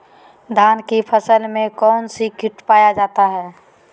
धान की फसल में कौन सी किट पाया जाता है?